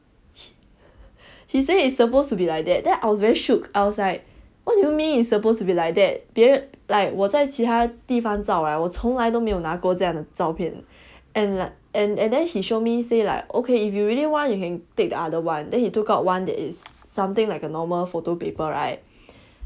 he said it's supposed to be like that then I was very shook I was like what do you mean it's supposed to be like that 别人 like 我在其他地方照 right 我从来都没有拿这样的照片 and and and then he show me say like okay if you really want you can take the other one then he took out one that is something like a normal photo paper right